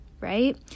right